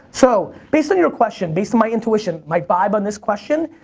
so, based on your question, based on my intuition, my vibe on this question,